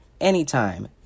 anytime